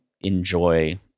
enjoy